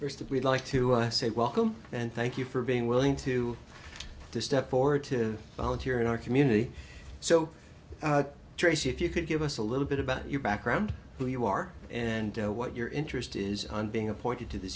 that we'd like to say welcome and thank you for being willing to step forward to volunteer in our community so tracy if you could give us a little bit about your background who you are and what your interest is on being appointed to th